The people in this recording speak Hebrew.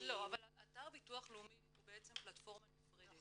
--- אבל אתר ביטוח לאומי הוא בעצם פלטפורמה נפרדת.